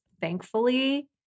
thankfully